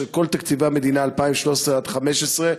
של כל תקציבי המדינה מ-2013 עד 2015,